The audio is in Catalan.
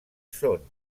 són